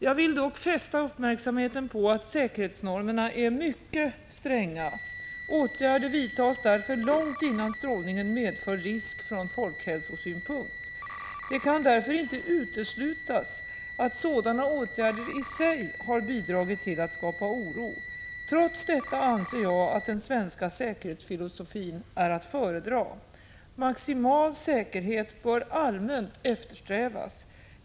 Jag vill dock fästa uppmärksamheten på att säkerhetsnormerna är mycket stränga. Åtgärder vidtas därför långt innan strålningen medför risk från folkhälsosynpunkt. Det kan därför inte uteslutas att sådana åtgärder i sig har bidragit till att skapa oro. Trots detta anser jag att den svenska säkerhetsfilosofin är att föredra. Maximal säkerhet bör allmänt eftersträvas.